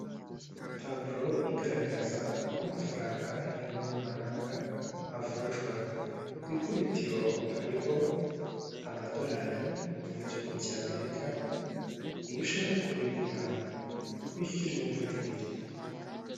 Ni umuhanda w'umukara urimo umurongo w'umweru harimo igikamyo cyandikishijweho amagambo y'umukara utwikirijweho shitingi y'ubururu ndetse n'abantu iruhande rwabo.